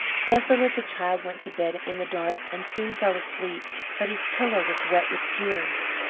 desolate, the child went to bed in the dark and soon fell asleep, but his pillow was wet with tears.